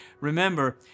Remember